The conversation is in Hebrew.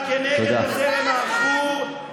כנגד הזרם העכור,